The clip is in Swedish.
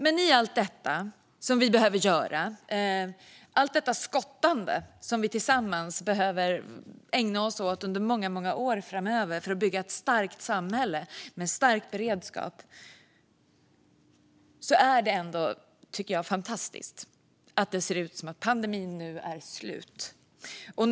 Men i allt detta som vi behöver göra - allt detta skottande som vi tillsammans behöver ägna oss åt under många år framöver - för att bygga ett starkt samhälle med en stärkt beredskap är det ändå fantastiskt att det nu ser ut som att pandemin är slut.